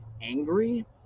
angry